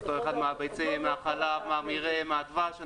אותו אחד מהביצים, מהחלב, מהמרעה, מהדבש.